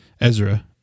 ezra